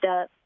up